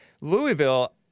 Louisville